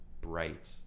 bright